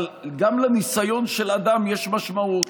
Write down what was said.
אבל גם לניסיון של אדם יש משמעות,